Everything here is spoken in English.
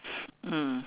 mm